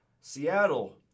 Seattle